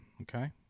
okay